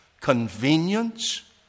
convenience